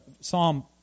Psalm